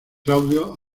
claudio